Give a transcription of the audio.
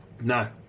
No